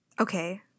Okay